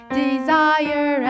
desire